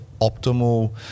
optimal